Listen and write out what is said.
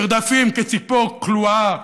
נרדפים כציפור כלואה